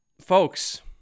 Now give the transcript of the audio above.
Folks